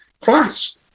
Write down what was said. Class